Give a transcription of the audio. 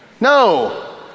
No